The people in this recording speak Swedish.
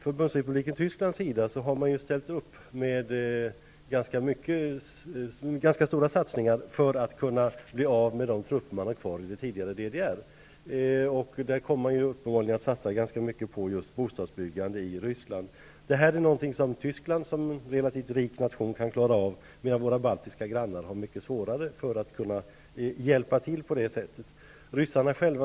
Förbundsrepubliken Tyskland har ju ställt upp med ganska stora insatser för att man skulle bli av med de trupper som var kvar i det tidigare DDR. Man kommer nu uppenbarligen att satsa på just bostadsbyggande i Ryssland. Detta kan Tyskland som en relativt rik nation klara av, medan våra baltiska grannar har mycket svårare för att kunna hjälpa till på samma sätt.